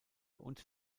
und